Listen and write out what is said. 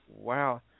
wow